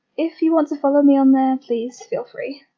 if you want to follow me on there, please, feel free.